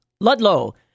Ludlow